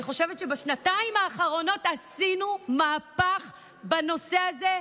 אני חושבת שבשנתיים האחרונות עשינו מהפך בנושא הזה,